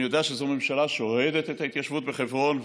אני יודע שזאת ממשלה שאוהדת את ההתיישבות בחברון,